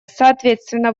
соответственно